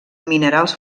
minerals